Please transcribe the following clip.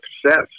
success